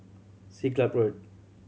Siglap Road